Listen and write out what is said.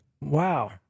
Wow